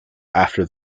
after